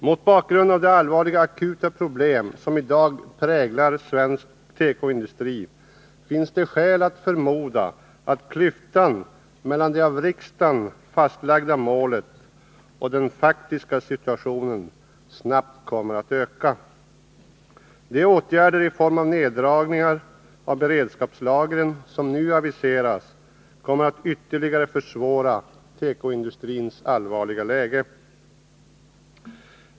Mot bakgrund av de allvarliga akuta problem som i dag präglar svensk tekoindustri finns det skäl att förmoda, att klyftan mellan det av riksdagen fastlagda målet och den faktiska situationen snabbt kommer att öka. De åtgärder i form av neddragningar av beredskapslagren som nu aviseras kommer att ytterligare försvåra tekoindustrins allvarliga läge.